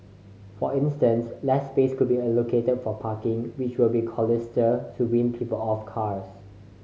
for instance less space could be allocated for parking which will be costlier to wean people off cars